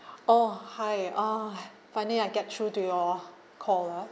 oh hi ah finally I get through to your call ah